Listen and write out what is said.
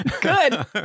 good